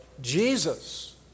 Jesus